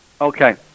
Okay